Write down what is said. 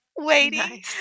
waiting